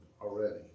already